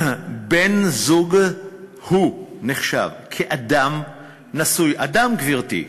בן-זוג נחשב אדם נשוי, אדם, גברתי,